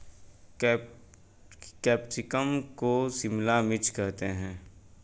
capsicum को शिमला मिर्च करते हैं